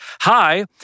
hi